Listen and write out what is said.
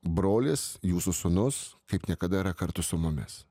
brolis jūsų sūnus kaip niekada yra kartu su mumis